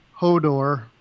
Hodor